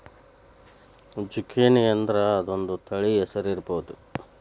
ಜುಕೇನಿಅಂದ್ರ ಅದೊಂದ ತಳಿ ಹೆಸರು ಇರ್ಬಹುದ